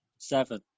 Seven